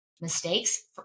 mistakes